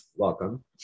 welcome